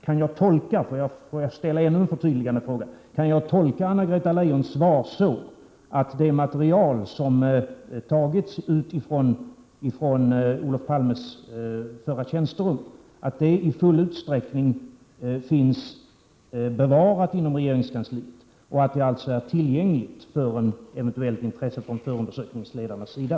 Får jag ställa ännu en förtydligande fråga: Kan jag tolka Anna-Greta Leijons svar så, att det material som tagits från Olof Palmes förra tjänsterum i full utsträckning finns bevarat inom regeringskansliet och alltså är tillgängligt om det eventuellt visas intresse från förundersökningsledarnas sida?